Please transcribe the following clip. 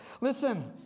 Listen